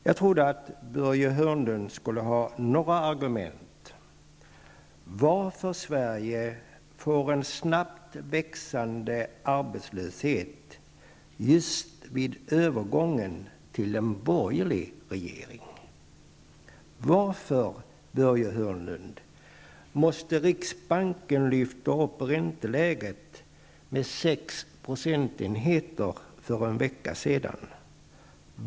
Jag trodde att Börje Hörnlund skulle ha några argument att anföra i frågan varför Sverige får en snabbt växande arbetslöshet just vid övergången till en borgerlig regering. Varför, Börje Hörnlund, måste riksbanken lyfta upp ränteläget med 6 procentenheter för en vecka sedan?